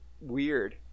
weird